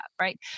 right